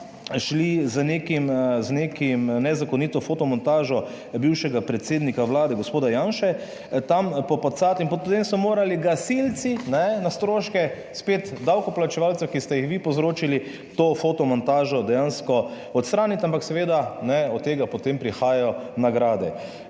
nekim z nekim nezakonito fotomontažo bivšega predsednika Vlade gospoda Janše tam popacati in potem so morali gasilci na stroške spet davkoplačevalcev, ki ste jih vi povzročili to fotomontažo dejansko odstraniti, ampak seveda ne od tega potem prihajajo nagrade.